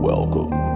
Welcome